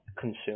consume